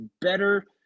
better